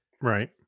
Right